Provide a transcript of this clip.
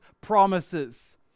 promises